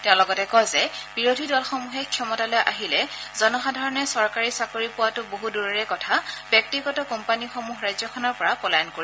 তেওঁ লগতে কয় যে বিৰোধী দলসমূহে ক্ষমতালৈ আহিলে জনসাধাৰণে চৰকাৰী চাকৰি পোৱাটো বহু দূৰৰে কথা ব্যক্তিগত কোম্পানীসমূহ ৰাজ্যখনৰ পৰা পলায়ন কৰিব